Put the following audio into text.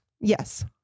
Yes